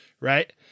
right